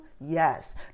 yes